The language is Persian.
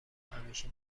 همیشه